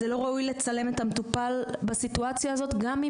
זה לא ראוי לצלם את המטופל בסיטואציה הזאת,